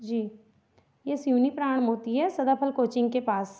जी यह सिवनी प्राण मोती है सदाफल कोचिंग के पास